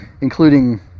including